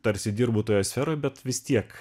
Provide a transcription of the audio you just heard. tarsi dirbu toje sferoj bet vis tiek